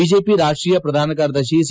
BJP ರಾಷ್ಷೀಯ ಪ್ರಧಾನ ಕಾರ್ಯದರ್ಶಿ ಸಿ